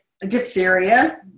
Diphtheria